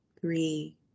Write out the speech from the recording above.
three